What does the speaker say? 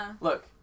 Look